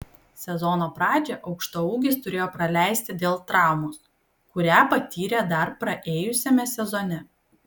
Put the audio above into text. sezono pradžią aukštaūgis turėjo praleisti dėl traumos kurią patyrė dar praėjusiame sezone